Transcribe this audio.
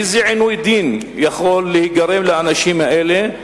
איזה עינוי דין יכול להיגרם לאנשים האלה?